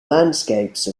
landscapes